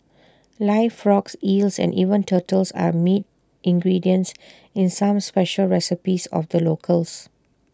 live frogs eels and even turtles are meat ingredients in some special recipes of the locals